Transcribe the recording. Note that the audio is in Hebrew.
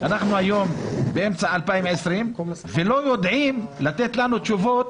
אנחנו היום באמצע 2020 ולא יודעים לתת לנו תשובות